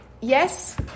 yes